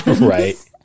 Right